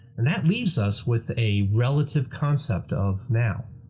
and that leaves us with a relative concept of now.